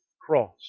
cross